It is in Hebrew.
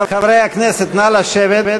חברי הכנסת, נא לשבת.